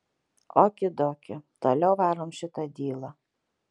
oki doki toliau varom šitą dylą